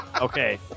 Okay